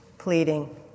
pleading